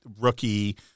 rookie